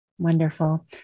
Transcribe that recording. Wonderful